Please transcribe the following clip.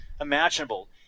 imaginable